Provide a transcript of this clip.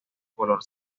color